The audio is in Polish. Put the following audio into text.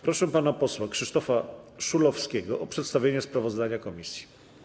Proszę pana posła Krzysztofa Szulowskiego o przedstawienie sprawozdania komisji.